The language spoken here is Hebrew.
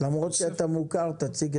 יש פה